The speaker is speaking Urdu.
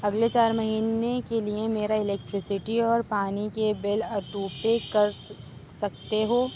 اگلے چارمہینے کے لیے میرا الیکٹرسٹی اور پانی کے بل اٹو پے کر سکتے ہو